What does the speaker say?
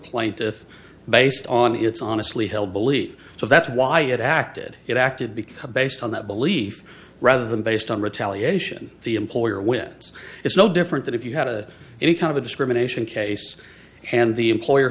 plaintiff based on its honestly held belief so that's why it acted it acted because based on that belief rather than based on retaliation the employer wins it's no different than if you had a any kind of a discrimination case and the employer